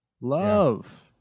Love